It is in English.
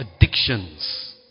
addictions